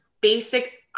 basic